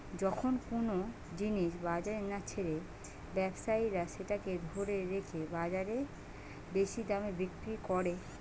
যখন কুনো জিনিস বাজারে না ছেড়ে ব্যবসায়ীরা সেটাকে ধরে রেখে বাজারে বেশি দামে বিক্রি কোরে